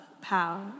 power